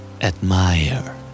Admire